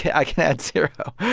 yeah i can add zero.